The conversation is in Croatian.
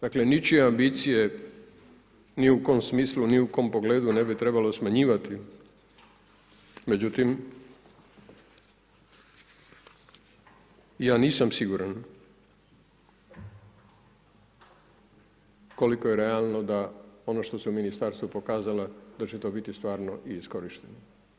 Dakle ničije ambicije ni u kojem smislu, ni u kom pogledu ne bi trebalo smanjivati, međutim, ja nisam siguran koliko je realno da ono što su ministarstva pokazala, da će to biti stvarno i iskorišteno.